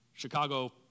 Chicago